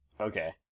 Okay